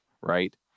Right